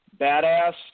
badass